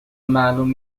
معلوم